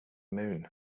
moon